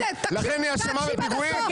תקשיב עד הסוף.